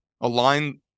align